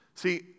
See